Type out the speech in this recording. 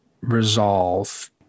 resolve